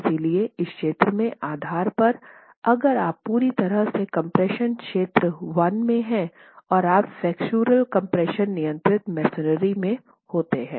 इसलिए इस क्षेत्र के आधार पर अगर आप पूरी तरह से कम्प्रेशन क्षेत्र 1 में हैं और आप फ्लेक्सोरल कम्प्रेशन नियंत्रित मसोनरी में होते हैं